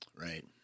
Right